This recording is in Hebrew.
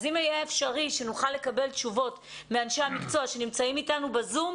אם יהיה אפשרי שנוכל לקבל תשובות מאנשי המקצוע שנמצאים איתנו בזום,